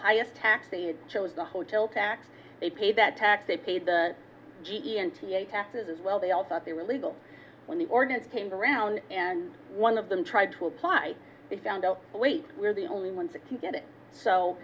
highest tax they chose the hotel tax they pay that tax they paid the gnc a taxes as well they all thought they were legal when the ordinance paper around and one of them tried to apply they found out we were the only ones to get it so